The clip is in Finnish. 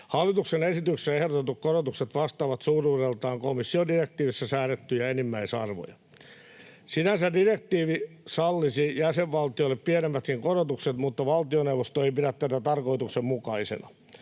Hallituksen esityksessä ehdotetut korotukset vastaavat suuruudeltaan komission direktiivissä säädettyjä enimmäisarvoja. Sinänsä direktiivi sallisi jäsenvaltioille pienemmätkin korotukset, mutta valtioneuvosto ei pidä tätä tarkoituksenmukaisena.